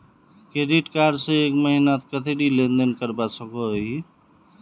Credit card से एक महीनात कतेरी लेन देन करवा सकोहो ही?